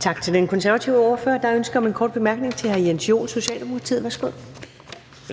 Tak til den konservative ordfører. Der er ønske om en kort bemærkning til hr. Jens Joel, Socialdemokratiet. Værsgo. Kl.